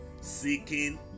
seeking